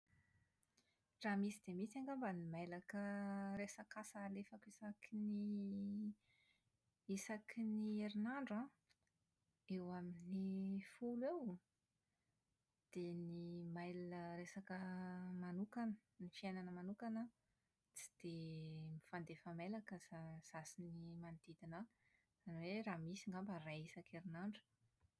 Raha misy dia misy angamba ny mailaka resaka asa alefako isaky ny isaky ny herinandro an, eo amin'ny folo eo? dia ny mail resaka manokana ny fiainana manokana an, tsy dia mifandefa mailaka izaho izaho sy ny manodidina ahy, izany oe raha misy angamba iray isan-kerinandro.